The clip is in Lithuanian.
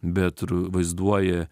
bet ru vaizduoji